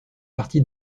partie